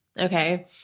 Okay